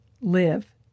live